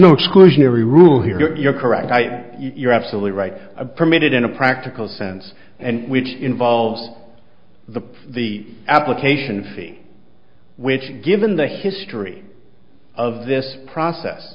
no exclusionary rule here correct i you're absolutely right permitted in a practical sense and which involves the the application fee which given the history of this process